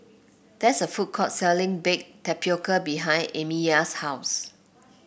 there's a food court selling Baked Tapioca behind Amya's house